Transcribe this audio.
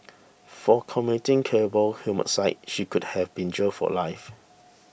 for committing cable homicide she could have been jailed for life